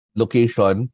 location